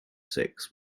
six